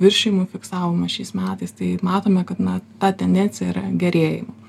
viršijimų fiksavome šiais metais tai matome kad na ta tendencija yra gerėjimo